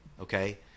okay